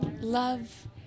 love